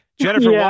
jennifer